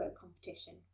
competition